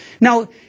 Now